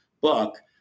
book